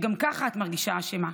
כשגם ככה את מרגישה אשמה.